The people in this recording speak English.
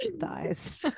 thighs